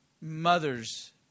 mothers